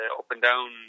up-and-down